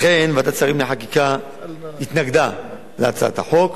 לכן, ועדת השרים לחקיקה התנגדה להצעת החוק,